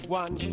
one